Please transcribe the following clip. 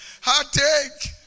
Heartache